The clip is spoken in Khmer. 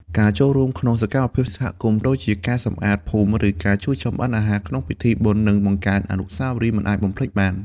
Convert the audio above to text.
ការចូលរួមក្នុងសកម្មភាពសហគមន៍ ដូចជាការសម្អាតភូមិ ឬការជួយចម្អិនអាហារក្នុងពិធីបុណ្យ នឹងបង្កើតអនុស្សាវរីយ៍មិនអាចបំភ្លេចបាន។